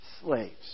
slaves